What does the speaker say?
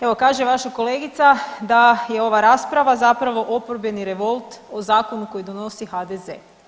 Evo, kaže vaša kolegica da je ova rasprava zapravo oporbeni revolt o zakonu koji donosi HDZ.